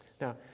Now